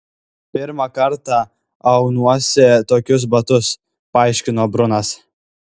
pirmą kartą aunuosi tokius batus paaiškino brunas